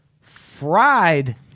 fried